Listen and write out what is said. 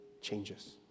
changes